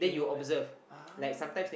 you know that ah